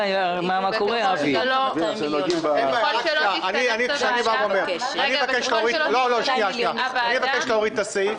אני מבקש להוריד את הסעיף.